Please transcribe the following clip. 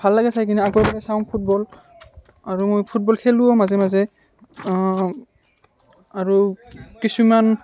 ভাল লাগে চাই কিনে আগৰ পৰাই চাওঁ ফুটবল আৰু মই ফুটবল খেলোঁও মাজে মাজে আৰু কিছুমান